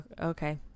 okay